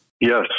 Yes